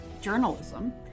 journalism